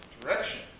direction